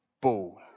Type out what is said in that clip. ball